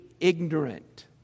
ignorant